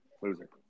Loser